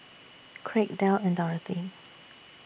Kraig Del and Dorathy